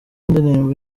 indirimbo